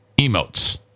emotes